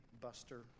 buster